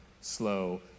slow